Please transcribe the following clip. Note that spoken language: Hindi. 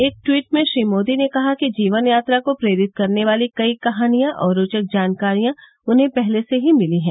एक टवीट में श्री मोदी ने कहा कि जीवन यात्रा को प्रेरित करने वाली कई कहानियां और रोचक जानकारियां उन्हें पहले से ही मिली हैं